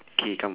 K come